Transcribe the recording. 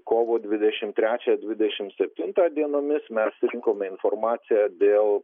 kovo dvidešimt trečią dvidešimt septiną dienomis mes rinkome informaciją dėl